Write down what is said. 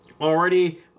Already